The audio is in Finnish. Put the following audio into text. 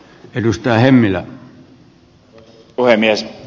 arvoisa puhemies